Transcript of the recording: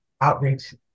outreach